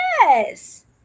yes